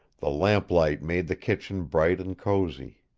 the lamplight made the kitchen bright and cozy.